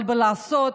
אבל לעשות,